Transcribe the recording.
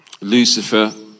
Lucifer